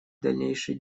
дальнейшей